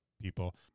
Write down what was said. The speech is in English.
people